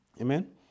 Amen